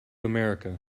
america